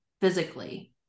physically